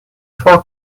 for